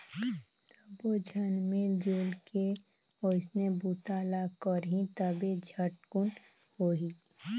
सब्बो झन मिलजुल के ओइसने बूता ल करही तभे झटकुन होही